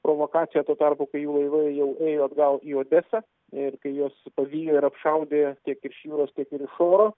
provokacija tuo tarpu kai jų laivai jau ėjo atgal į odesą ir kai juos pavijo ir apšaudė tiek iš jūros tiek ir iš oro